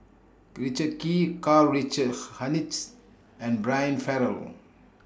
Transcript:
Richard Kee Karl Richard Hanitsch and Brian Farrell